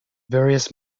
various